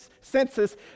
census